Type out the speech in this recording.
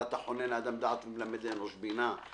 על "אתה חונן לאדם דעת ומלמד לאנוש בינה".